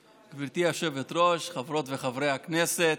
היושבת-ראש, חברות וחברי הכנסת,